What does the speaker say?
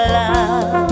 love